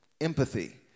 empathy